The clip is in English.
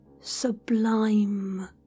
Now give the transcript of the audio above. sublime